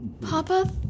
Papa